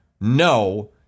No